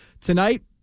Tonight